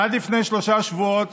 עד לפני שלושה שבועות